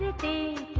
day